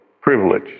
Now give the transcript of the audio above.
privilege